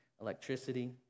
Electricity